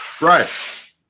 Right